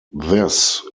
this